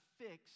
fix